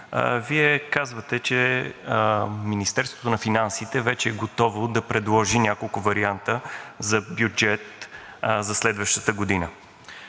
Вие казвате, че Министерството на финансите вече е готово да предложи няколко варианта за бюджет за следващата година.